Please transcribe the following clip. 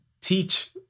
teach